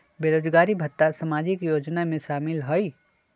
बेरोजगारी भत्ता सामाजिक योजना में शामिल ह ई?